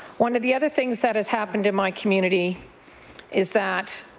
one of the other things that has happened in my community is that